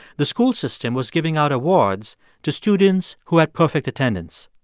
the school system was giving out awards to students who had perfect attendance.